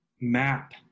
map